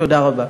תודה רבה.